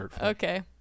Okay